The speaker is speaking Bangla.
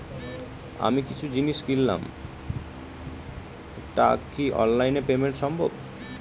আমি কিছু জিনিস কিনলাম টা কি অনলাইন এ পেমেন্ট সম্বভ?